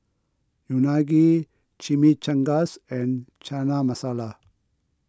Unagi Chimichangas and Chana Masala